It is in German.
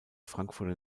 frankfurter